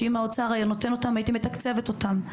שאם משרד האוצר היה נותן אותן הייתי מתקצבת אותן.